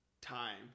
time